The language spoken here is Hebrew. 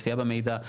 צפייה במידע,